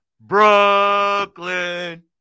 Brooklyn